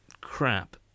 crap